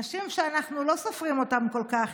אנשים שאנחנו לא סופרים אותם כל כך,